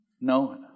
No